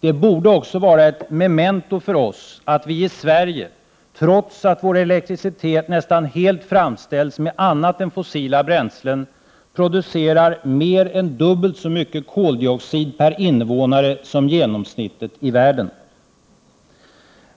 Det borde också vara ett memento för oss att vi i Sverige, trots att vår elektricitet nästan helt framställs med annat än fossila bränslen, producerar mer än dubbelt så mycket koldioxid per invånare som genomsnittet i världen.